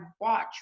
watch